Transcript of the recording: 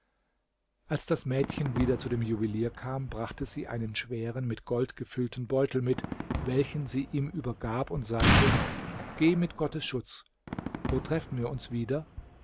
als das mädchen wieder zu dem juwelier kam brachte sie einen schweren mit gold gefüllten beutel mit welchen sie ihm übergab und sagte geh mit gottes schutz wo treffen wir uns wieder